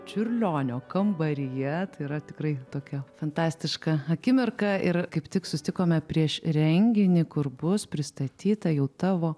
čiurlionio kambaryje yra tikrai tokia fantastiška akimirka ir kaip tik susitikome prieš renginį kur bus pristatyta jau tavo